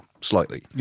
slightly